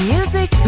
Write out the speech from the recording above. Music